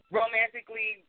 romantically